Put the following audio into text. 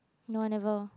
no I never